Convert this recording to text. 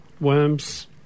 Worms